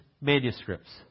manuscripts